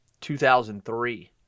2003